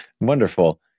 Wonderful